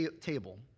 table